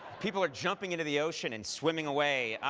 people are jumping into the ocean and swimming away.